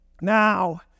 Now